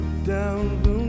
down